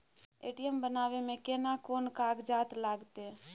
ATM बनाबै मे केना कोन कागजात लागतै?